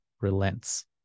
relents